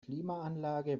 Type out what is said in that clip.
klimaanlage